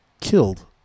killed